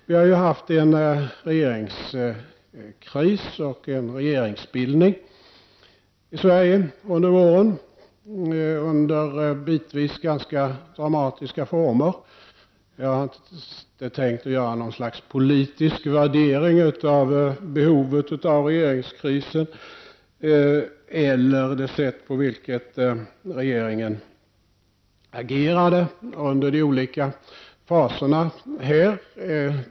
Vi har haft en regeringskris och en regeringsbildning i Sverige under året, under bitvis ganska dramatiska former. Jag tänker inte göra något slags politisk värdering av behovet av regeringskrisen eller det sätt på vilket regeringen agerade under de olika faserna.